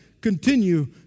continue